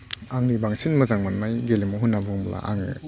आंनि बांसिन मोजां मोननाय गेलेमु होनना बुङोब्ला आङो